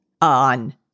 on